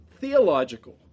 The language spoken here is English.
theological